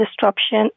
disruption